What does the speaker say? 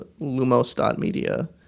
lumos.media